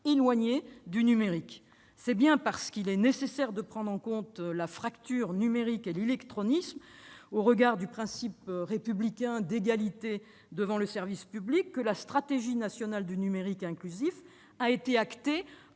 éloignés du numérique. C'est bien parce qu'il est nécessaire de prendre en compte la fracture numérique et « l'illectronisme », au regard du principe républicain d'égalité devant le service public, que la stratégie nationale pour un numérique inclusif a été actée